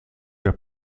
der